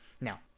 Now